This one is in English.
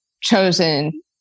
chosen